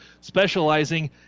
specializing